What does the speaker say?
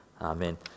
Amen